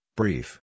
brief